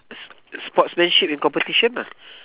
s~ sportsmanship in competition lah